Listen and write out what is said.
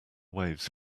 waves